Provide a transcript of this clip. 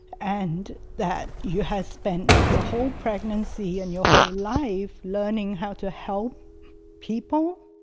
and that you have spent your whole pregnancy and your whole life learning how to help people